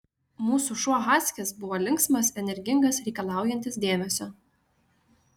mūsų šuo haskis buvo linksmas energingas reikalaujantis dėmesio